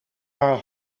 haar